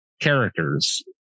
characters